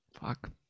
Fuck